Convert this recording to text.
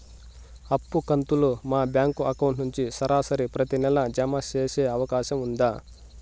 అప్పు కంతులు మా బ్యాంకు అకౌంట్ నుంచి సరాసరి ప్రతి నెల జామ సేసే అవకాశం ఉందా?